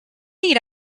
need